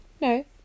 No